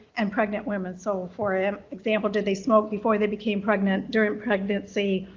and pregnant women. so, for um example, did they smoke before they became pregnant, during pregnancy,